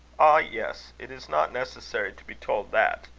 ah! yes it is not necessary to be told that.